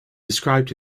described